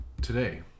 today